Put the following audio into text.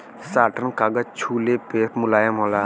satin कागज छुले पे मुलायम होला